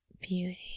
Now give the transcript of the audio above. beauty